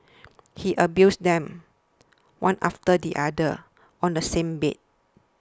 he abused them one after the other on the same bed